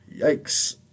Yikes